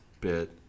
bit